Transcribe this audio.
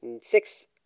six